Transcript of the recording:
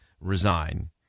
resign